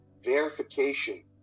verification